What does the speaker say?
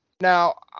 Now